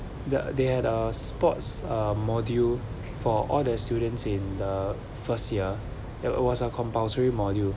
the they had a sports uh module for all the students in the first year it it was a compulsory module